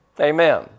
Amen